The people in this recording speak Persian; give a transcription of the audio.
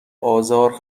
ازار